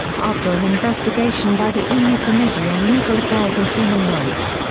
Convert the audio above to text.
after an investigation by the eu committee on legal affairs and human rights,